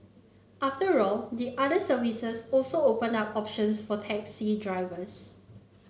after all the other services also open up options for taxi drivers